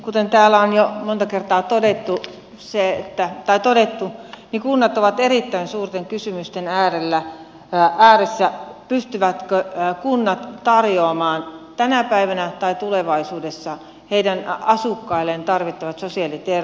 kuten täällä on jo monta kertaa todettu kunnat ovat erittäin suurten kysymysten äärellä pystyvätkö ne tarjoamaan tänä päivänä tai tulevaisuudessa asukkailleen tarvittavat sosiaali ja terveydenhuollon palvelut